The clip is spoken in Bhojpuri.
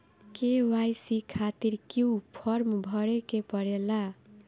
के.वाइ.सी खातिर क्यूं फर्म भरे के पड़ेला?